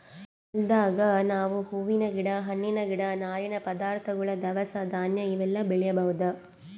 ಹೊಲ್ದಾಗ್ ನಾವ್ ಹೂವಿನ್ ಗಿಡ ಹಣ್ಣಿನ್ ಗಿಡ ನಾರಿನ್ ಪದಾರ್ಥಗೊಳ್ ದವಸ ಧಾನ್ಯ ಇವೆಲ್ಲಾ ಬೆಳಿಬಹುದ್